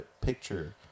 picture